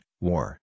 war